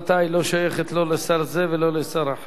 היא לא שייכת לא לשר זה ולא לשר אחר.